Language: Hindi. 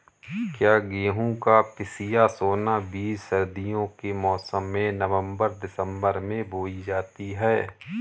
क्या गेहूँ या पिसिया सोना बीज सर्दियों के मौसम में नवम्बर दिसम्बर में बोई जाती है?